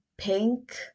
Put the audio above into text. Pink